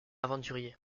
aventurier